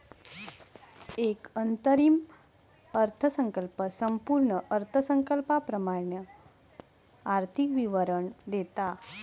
एक अंतरिम अर्थसंकल्प संपूर्ण अर्थसंकल्पाप्रमाण आर्थिक विवरण देता